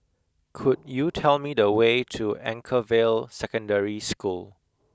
could you tell me the way to Anchorvale Secondary School